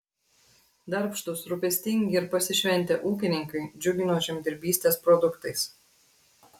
darbštūs rūpestingi ir pasišventę ūkininkai džiugino žemdirbystės produktais